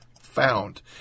found